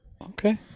okay